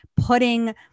putting